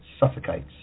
Suffocates